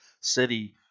city